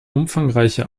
umfangreiche